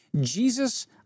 Jesus